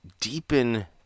deepen